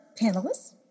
panelists